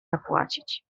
zapłacić